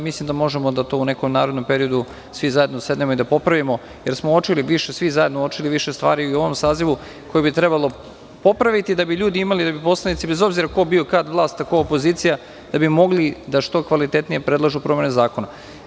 Mislim da to možemo u nekom narednom periodu svi zajedno da sednemo i popravimo, jer smo svi zajedno uočili više stvari i u ovom sazivu koje bi trebalo popraviti da bi poslanici, bez obzira ko bio vlast a ko opozicija, mogli da što kvalitetnije predlažu promene zakona.